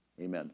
Amen